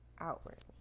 outwardly